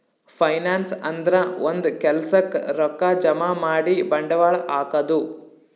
finance ಅಂದ್ರ ಒಂದ್ ಕೆಲ್ಸಕ್ಕ್ ರೊಕ್ಕಾ ಜಮಾ ಮಾಡಿ ಬಂಡವಾಳ್ ಹಾಕದು